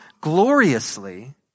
gloriously